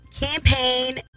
campaign